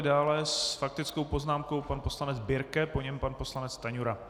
Dále s faktickou poznámkou pan poslanec Birke, po něm pan poslanec Stanjura.